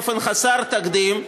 באופן חסר תקדים,